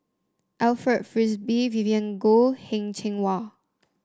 Alfred Frisby Vivien Goh Heng Cheng Hwa